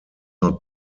not